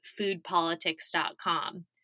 foodpolitics.com